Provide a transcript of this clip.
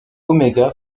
omega